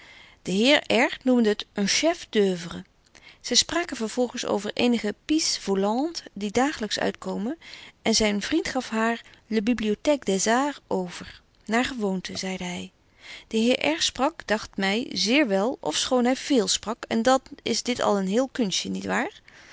de heer r noemde het un chef d'oeuvre zy spraken vervolgens over eenige pieces volantes die daaglyks uitkomen en zyn vriend betje wolff en aagje deken historie van mejuffrouw sara burgerhart gaf haar le bibliotheque des arts over naar gewoonte zeide hy de heer r sprak dagt my zeer wel of schoon hy véél sprak en dan is dit al een heel kunstje niet waar